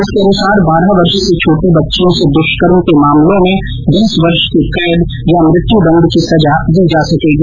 इसके अनुसार बारह वर्ष से छोटी बच्चियों से दुष्कर्म के मामलों में बीस वर्ष की कैद या मृत्युदंड की सजा दी जा सकेगी